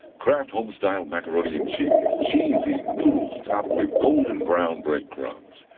kraft homestyle macaroni and cheese, cheesy noodles topped with golden brown bread crumbs,